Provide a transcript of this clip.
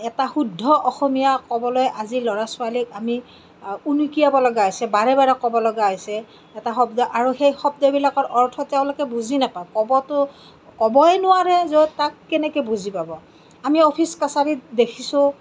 এটা শুদ্ধ অসমীয়া ক'বলৈ আজি ল'ৰা ছোৱালীক আমি উনুকিয়াবলগীয়া হৈছে বাৰে বাৰে ক'ব লগা হৈছে এটা শব্দ আৰু সেই শব্দবিলাকৰ অৰ্থ তেওঁলোকে বুজি নাপায় ক'বতো ক'বই নোৱাৰে য'ত তাক কেনেকৈ বুজি পাব আমি অফিচ কাছাৰীত দেখিছোঁ